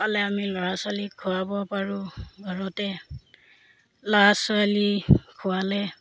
পালে আমি ল'ৰা ছোৱালীক খুৱাব পাৰোঁ ঘৰতে ল'ৰা ছোৱালীক খোৱালে